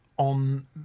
on